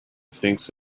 thinks